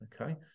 okay